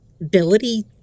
ability